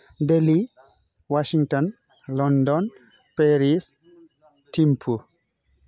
Delhi Washington London Paris Thimphu